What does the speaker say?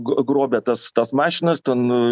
grobė tas tas mašinas ten